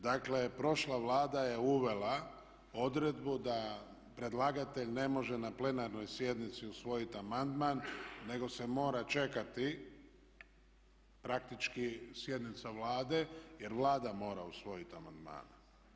Dakle prošla Vlada je uvela odredbu da predlagatelj ne može na plenarnoj sjednici usvojit amandman, nego se mora čekati praktički sjednica Vlade jer Vlada mora usvojiti amandmane.